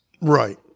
Right